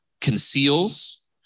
conceals